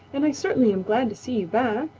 and i certainly am glad to see you back.